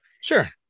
Sure